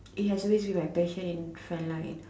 it has always have been my passion in front line